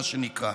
מה שנקרא,